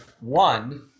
one